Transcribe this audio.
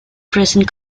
present